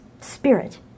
spirit